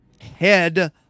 head